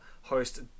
host